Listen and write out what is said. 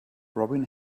robin